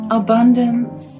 abundance